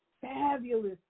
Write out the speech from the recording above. fabulous